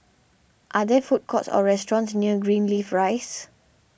are there food courts or restaurants near Greenleaf Rise